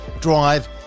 drive